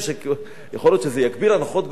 יכול להיות שזה יגביל הנחות בארנונה,